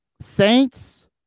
Saints